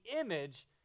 image